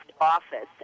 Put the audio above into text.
office